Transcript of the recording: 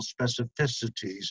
specificities